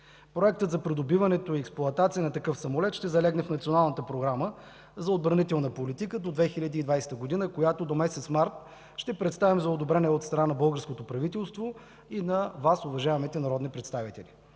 Проектът за придобиването и експлоатацията на такъв самолет ще залегне в Националната програма за отбранителна политика до 2020 г., която до месец март ще представим за одобрение от страна на българското правителство и на Вас – уважаемите народни представители.